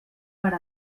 per